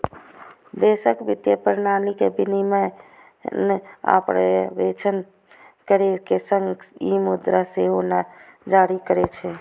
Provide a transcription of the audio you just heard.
देशक वित्तीय प्रणाली के विनियमन आ पर्यवेक्षण करै के संग ई मुद्रा सेहो जारी करै छै